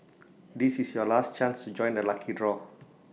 this is your last chance to join the lucky draw